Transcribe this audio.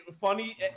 funny